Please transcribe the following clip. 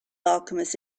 alchemist